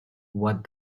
what